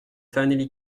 fanélie